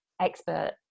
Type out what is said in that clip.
Expert